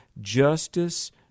justice